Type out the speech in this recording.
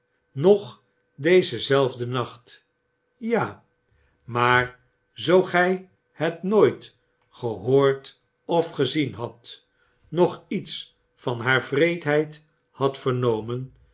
nog dezen zelfden nacht ja maar zoo gy het nooit gehoord of gezien hadt noch iets van haar wreedheid hadt vernomen